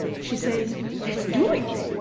she says let's do it!